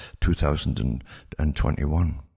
2021